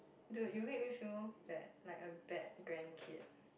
do you make me feel that like a bad grandkid